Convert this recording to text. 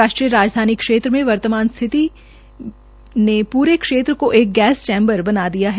राष्ट्रीय राजधानी क्षेत्र में वर्तमान स्थिति ने पूरे क्षेत्र को एक गैस चैम्बर बना दिया है